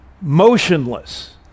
motionless